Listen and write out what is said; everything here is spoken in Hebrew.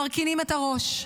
מרכינים את הראש,